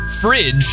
fridge